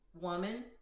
woman